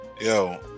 yo